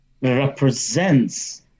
represents